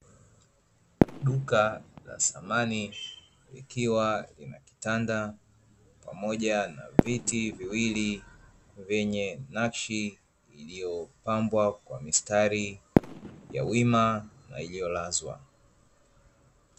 Duka la samani, likiwa lina kitanda pamoja na viti viwili vyenye nakshi iliyopambwa kwa mistari ya wima na iliyolazwa.